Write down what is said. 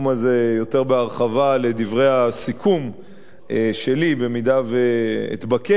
יותר בהרחבה לדברי הסיכום שלי במידה שאתבקש